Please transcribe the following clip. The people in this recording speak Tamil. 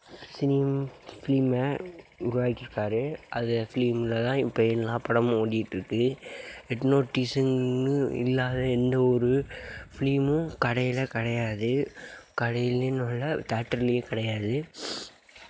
சினிம் ஃபிலிமை உருவாக்கியிருக்காரு அதை ஃபிலிமில் தான் இப்போ எல்லா படமும் ஓடிகிட்ருக்கு ரெட் நோட்டிஸ்ன்னு இல்லாத எந்த ஒரு ஃபிலிமும் கிடைவே கிடையாது கடைலேன்னோயில்ல தியேட்டர்லேயும் கிடையாது